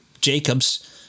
Jacob's